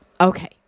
Okay